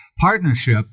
Partnership